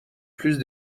plus